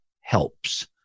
helps